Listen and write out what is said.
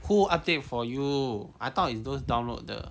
who update for you I thought is those download 的